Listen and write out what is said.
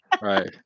Right